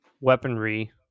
weaponry